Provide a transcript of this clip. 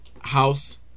house